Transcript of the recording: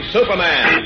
Superman